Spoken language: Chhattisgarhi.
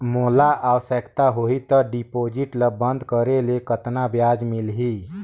मोला आवश्यकता होही त डिपॉजिट ल बंद करे ले कतना ब्याज मिलही?